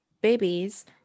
babies